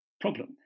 problem